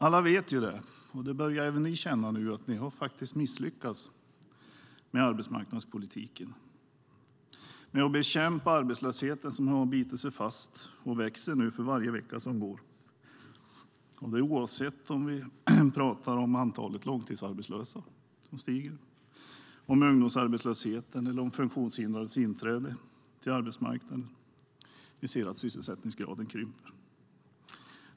Alla vet det och nu börjar även ni känna att ni faktiskt har misslyckats med arbetsmarknadspolitiken, med att bekämpa arbetslösheten som har bitit sig fast och växer för varje vecka som går, oavsett om vi pratar om antalet långtidsarbetslösa eller om ungdomsarbetslöshet. Funktionshindrades möjlighet att få inträde på arbetsmarknaden minskar och vi ser att sysselsättningsgraden krymper.